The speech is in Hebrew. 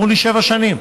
אמרו לי: שבע שנים.